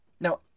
Now